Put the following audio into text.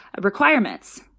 requirements